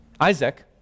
Isaac